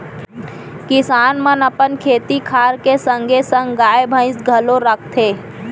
किसान मन अपन खेती खार के संगे संग गाय, भईंस घलौ राखथें